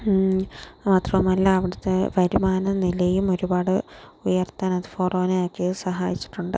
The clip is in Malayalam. മാത്രമല്ല അവിടത്തെ വരുമാന നിലയും ഒരുപാട് ഉയർത്താൻ അത് ഫോറോന ആക്കിയത് സഹായിച്ചിട്ടുണ്ട്